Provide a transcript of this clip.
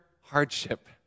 hardship